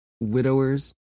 widowers